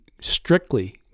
strictly